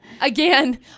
Again